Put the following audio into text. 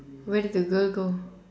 where did the girl go